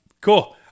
Cool